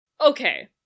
Okay